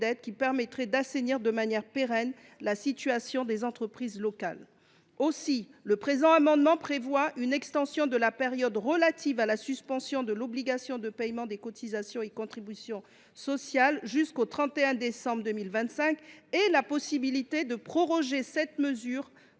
qui permettraient d’assainir de manière pérenne la situation des entreprises locales. Aussi, le présent amendement tend à étendre la période relative à la suspension de l’obligation de paiement des cotisations et contributions sociales jusqu’au 31 décembre 2025, avec possibilité de proroger cette mesure